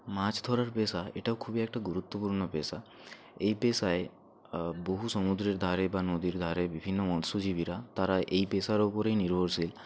মাছ ধরার পেশা এটা খুবই একটা গুরুত্বপূর্ণ পেশা এই পেশায় বহু সমুদ্রের ধারে বা নদীর ধারে বিভিন্ন মৎস্যজীবীরা তারা এই পেশার ওপরেই নির্ভরশীল